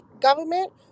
government